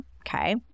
Okay